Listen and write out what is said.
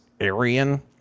Aryan